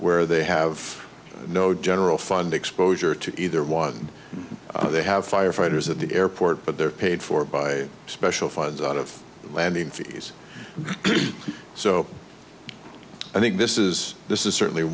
they have no general fund exposure to either was or they have firefighters at the airport but they're paid for by special funds out of landing fees so i think this is this is certainly